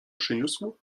przyniósł